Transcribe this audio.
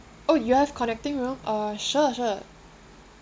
oh you have connecting room uh sure sure